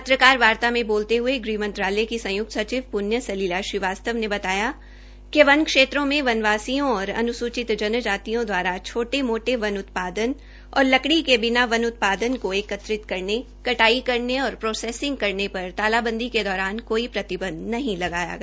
पत्रकार वार्ता में बोलते ह्ये गृहमंत्रालयकी मुख्य सचिव प्ण्य सलिला श्रीवास्तव ने बताया कि वन विभाग क्षेत्रों में वनवासियों और अनुसूचित जनजातियों दवारा छोटे छोटे वन उत्पादन और लकड़ी के बिना वन उत्पादन को एकत्रित करने कटाई करने और प्रोसेसिंग करने पर तालाबंदी के दौरान कोई प्रतिबंध नहीं लगाया गया